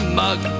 mug